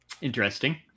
Interesting